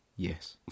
Yes